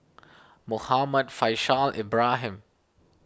Muhammad Faishal Ibrahim